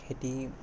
খেতি